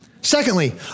Secondly